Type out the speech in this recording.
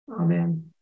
Amen